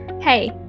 Hey